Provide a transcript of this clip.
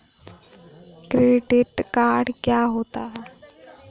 Credit card क्या होता है?